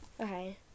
okay